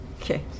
Okay